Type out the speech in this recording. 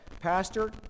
Pastor